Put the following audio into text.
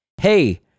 hey